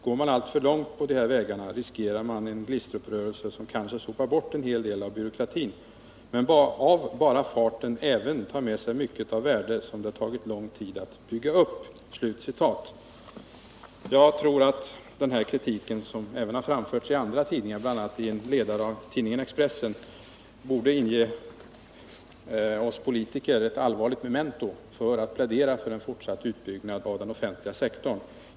Går man alltför långt på de här vägarna riskerar man en glistruprörelse som kanske sopar bort en del av byråkratin men av bara farten även tar med sig mycket av värde som det tagit lång tid att bygga upp.” Jag tror att den här kritiken, som har framförts även i andra tidningar, bl.a. i en ledare i tidningen Expressen, borde vara ett allvarligt memento för oss politiker och inge oss rädsla för att plädera för fortsatt utbyggnad av den offentliga sektorn.